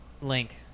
link